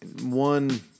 One